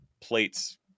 plates